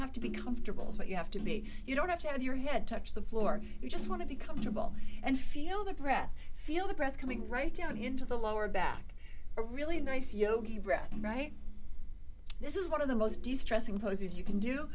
have to be comfortable with what you have to be you don't have to have your head touch the floor you just want to be comfortable and feel the breath feel the breath coming right down into the lower back a really nice yogi breath right this is one of the most distressing poses you can do